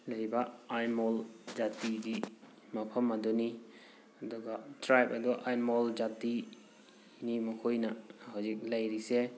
ꯂꯩꯕ ꯑꯥꯏꯃꯣꯜ ꯖꯥꯇꯤꯒꯤ ꯃꯐꯝ ꯑꯗꯨꯅꯤ ꯑꯗꯨꯒ ꯇ꯭ꯔꯥꯏꯞ ꯑꯗꯨ ꯑꯥꯏꯃꯣꯜ ꯖꯥꯇꯤꯅꯤ ꯃꯈꯣꯏꯅ ꯍꯧꯖꯤꯛ ꯂꯩꯔꯤꯁꯦ